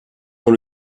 dans